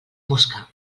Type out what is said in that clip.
mosca